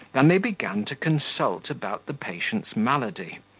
than they began to consult about the patient's malady,